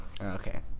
okay